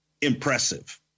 impressive